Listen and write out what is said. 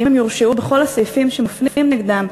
אם הם יורשעו בכל הסעיפים שמופנים נגדם,